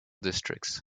districts